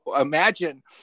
imagine